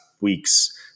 weeks